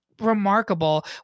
remarkable